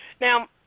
Now